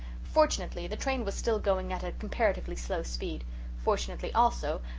fortunately, the train was still going at a comparatively slow speed fortunately also,